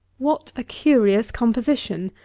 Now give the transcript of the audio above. what a curious composition!